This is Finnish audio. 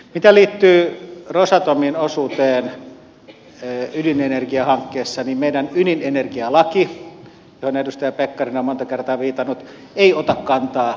mitä liittyy rosatomin osuuteen ydinenergiahankkeessa niin meidän ydinenergialaki johon edustaja pekkarinen on monta kertaa viitannut ei ota kantaa omistuskysymyksiin